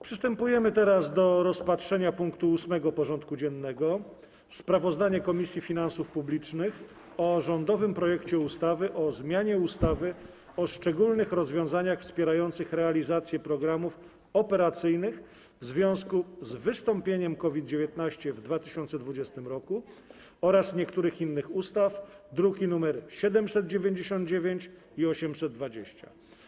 Przystępujemy do rozpatrzenia punktu 8. porządku dziennego: Sprawozdanie Komisji Finansów Publicznych o rządowym projekcie ustawy o zmianie ustawy o szczególnych rozwiązaniach wspierających realizację programów operacyjnych w związku z wystąpieniem COVID-19 w 2020 r. oraz niektórych innych ustaw (druki nr 799 i 820)